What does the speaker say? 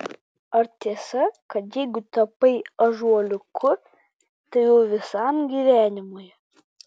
ar tiesa kad jeigu tapai ąžuoliuku tai jau visam gyvenimui